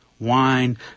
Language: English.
Wine